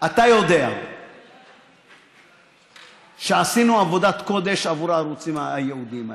אתה יודע שעשינו עבודת קודש עבור הערוצים הייעודיים האלה,